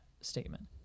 statement